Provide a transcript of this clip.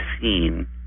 seen